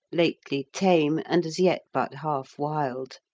lately tame and as yet but half wild.